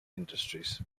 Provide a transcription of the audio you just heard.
industries